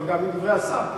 אבל גם מדברי השר,